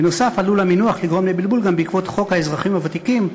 בנוסף עלול המינוח לגרום לבלבול גם בעקבות חוק האזרחים הוותיקים,